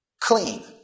clean